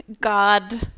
God